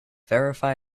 verify